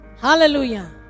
Hallelujah